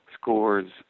Scores